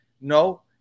No